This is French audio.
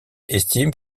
estime